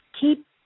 keep